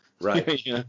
right